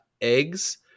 eggs